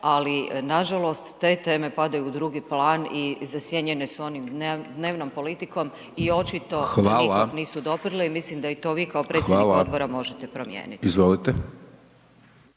Ali nažalost, te teme padaju u drugi plan i zasjenjene su onim dnevnom politikom i očito do nikog nisu doprle i mislim da to i vi kao predsjednik odbora možete promijeniti.